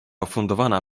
ufundowana